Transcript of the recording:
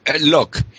Look